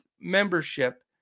membership